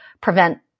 prevent